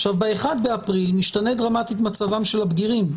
עכשיו, ב-1 באפריל משתנה דרמטית מצבם של הבגירים.